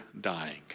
dying